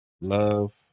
love